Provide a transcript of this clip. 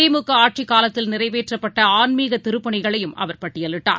திமுகஆட்சிக்காலத்தில் நிறைவேற்றப்பட்டஆன்மீகதிருப்பணிகளையும் அவர் பட்டியலிட்டார்